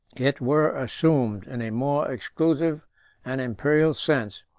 it were assumed in a more exclusive and imperial sense,